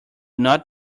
not